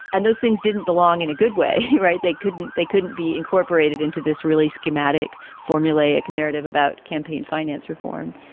and those things didn't belong in a good way. right. they couldn't they couldn't be incorporated into this really schematic, formulaic narrative about campaign finance reform.